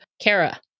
Kara